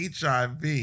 HIV